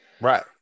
right